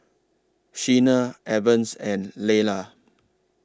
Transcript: Sheena Evans and Layla